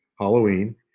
Halloween